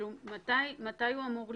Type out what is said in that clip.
אמור להתקיים?